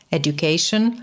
education